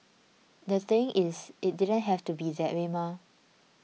the thing is it didn't have to be that way mah